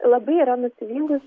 labai yra nusivylus